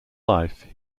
life